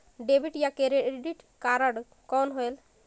Debit या credit card कौन होएल?